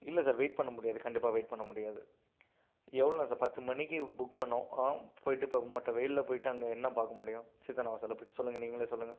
இல்லை sir wait பண்ண முடியாது கண்டிப்பாக வெயிட் பண்ண முடியாது எவ்வளோ நேரம் சார் பத்து மணிக்கு புக் பண்ணிணோம் போய்விட்டு இப்போது மொட்டை வெயிலில் போய்விட்டு அங்கே என்ன பார்க்க முடியும் சித்தன்னவாசலில் போய்விட்டு சொல்லுங்கள் நீங்களே சொல்லுங்கள்